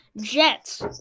Jets